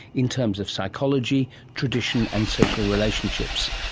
in terms of psychology, tradition and social relationships?